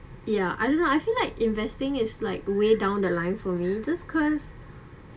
ya I don't know I feel like investing is like a way down the line for me just cause